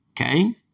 Okay